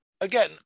again